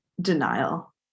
denial